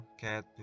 cat